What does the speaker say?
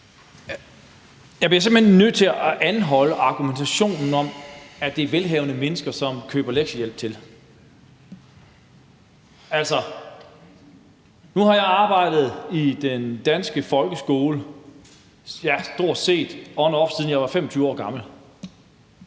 Jeg bliver simpelt hen nødt til at anholde argumentationen om, at det er velhavende mennesker, som køber lektiehjælp til. Nu har jeg arbejdet i den danske folkeskole on and off, siden jeg var 25 år gammel.